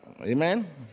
Amen